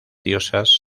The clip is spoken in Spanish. diosas